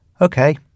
Okay